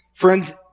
Friends